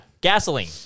gasoline